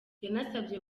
yanasabye